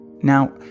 Now